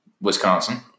Wisconsin